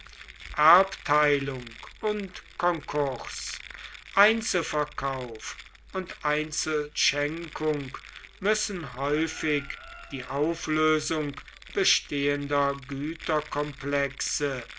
erbteilung und konkurs einzelverkauf und einzelschenkung müssen häufig die auflösung bestehender